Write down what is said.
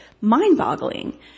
mind-boggling